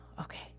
Okay